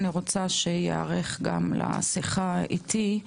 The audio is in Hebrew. אני רוצה שיערך גם לשיחה איתי,